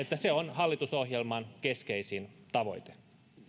että se on hallitusohjelman keskeisin tavoite